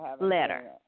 Letter